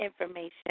information